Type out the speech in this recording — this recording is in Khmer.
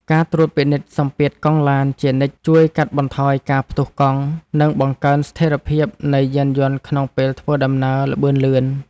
ការត្រួតពិនិត្យសម្ពាធកង់ឡានជានិច្ចជួយកាត់បន្ថយការផ្ទុះកង់ និងបង្កើនស្ថិរភាពនៃយានយន្តក្នុងពេលធ្វើដំណើរល្បឿនលឿន។